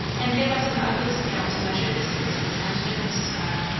and give us an ugly scale to measure distances and differences by.